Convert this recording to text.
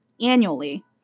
annually